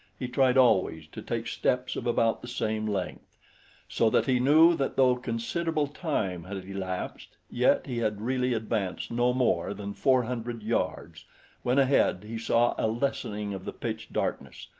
he tried always to take steps of about the same length so that he knew that though considerable time had elapsed, yet he had really advanced no more than four hundred yards when ahead he saw a lessening of the pitch-darkness,